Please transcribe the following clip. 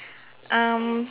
um